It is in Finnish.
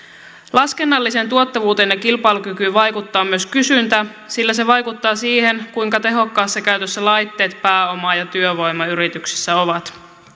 laskennalliseen tuottavuuteen ja kilpailukykyyn vaikuttaa myös kysyntä sillä se vaikuttaa siihen kuinka tehokkaassa käytössä laitteet pääoma ja työvoima yrityksissä ovat